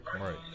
Right